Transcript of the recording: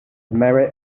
merit